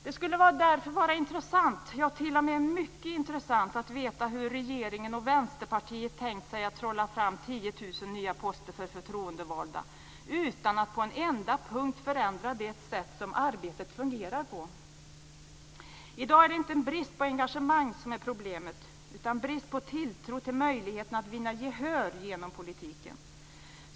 Det skulle därför vara intressant, ja, t.o.m. mycket intressant att veta hur regeringen och Vänsterpartiet tänkt sig att trolla fram 10 000 nya poster för förtroendevalda utan att på en enda punkt förändra det sätt som arbetet fungerar på. I dag är det inte brist på engagemang som är problemet utan brist på tilltro till möjligheten att vinna gehör genom politiken.